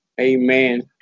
Amen